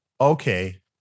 okay